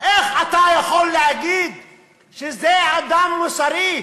איך אתה יכול להגיד שזה אדם מוסרי,